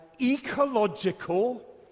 ecological